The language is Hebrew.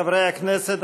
חברי הכנסת,